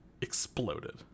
exploded